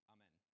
Amen